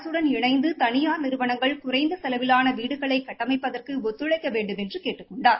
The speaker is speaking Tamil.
அரசுடன் இணைந்து தனியார் நிறுவனங்ள் குறைந்த செலவிலான வீடுகளை கட்டமைப்பதற்கு ஒத்தழைக்க வேண்டுமென்று கேட்டுக் கொண்டார்